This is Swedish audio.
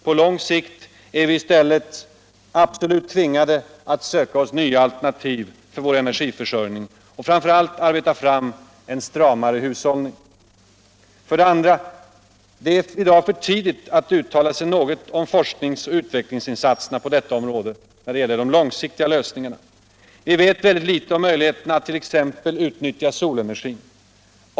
På lång sikt är vi i stället absolut tvingade att söka oss nya alternativ för vår energiförsörjning och framför allt arbeta fram en stramare hushållning. 2. Det är i dag för tidigt att uttala sig något om forskningsoch ut vecklingsinsatserna på detta. område när det gäller de långsiktiga lösningarna. Vi vet väldigt litet om exempelvis möjligheterna att utnyttja solenergin.